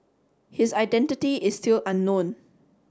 his identity is still unknown